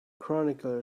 chronicle